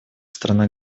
страна